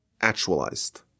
actualized